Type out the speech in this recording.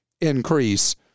increase